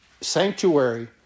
sanctuary